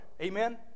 Amen